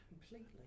Completely